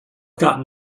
gotten